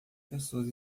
pessoas